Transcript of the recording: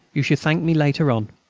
you shall thank me later on.